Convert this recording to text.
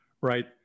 right